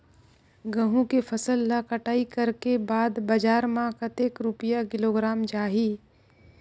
गंहू के फसल ला कटाई करे के बाद बजार मा कतेक रुपिया किलोग्राम जाही?